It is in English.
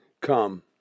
come